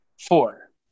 Four